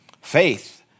Faith